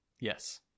yes